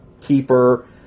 keeper